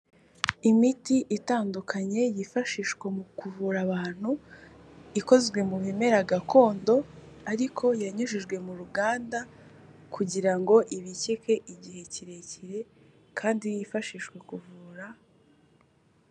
Imiti itandukanye yifashishwa mu kuvura abantu, ikozwe mu bimera gakondo ariko yanyujijwe mu ruganda kugira ngo ibikike igihe kirekire kandi yifashishwe kuvura.